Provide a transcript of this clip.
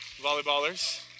volleyballers